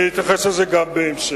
אני אתייחס לזה גם בהמשך.